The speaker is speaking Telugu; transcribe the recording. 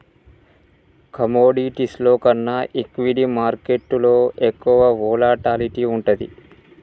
కమోడిటీస్లో కన్నా ఈక్విటీ మార్కెట్టులో ఎక్కువ వోలటాలిటీ వుంటది